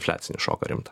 finansinį šoką rimtą